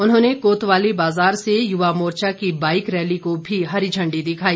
उन्होंने कोतवाली बाजार से युवा मोर्चा की बाईक रैली को भी हरी झंडी दिखाई